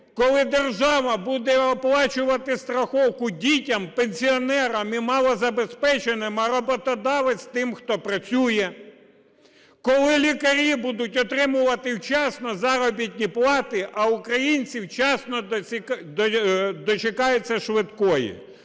коли держава буде оплачувати страховку дітям, пенсіонерам і малозабезпеченим, а роботодавець – тим, хто працює; коли лікарі будуть отримувати вчасно заробітні плати, а українці вчасно дочекаються швидкої.